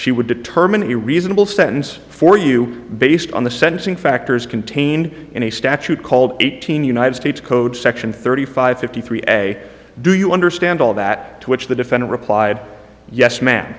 she would determine a reasonable sentence for you based on the sentencing factors contained in a statute called eighteen united states code section thirty five fifty three a do you understand all that to which the defender replied yes ma'am